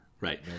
Right